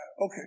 Okay